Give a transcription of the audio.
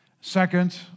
Second